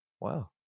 wow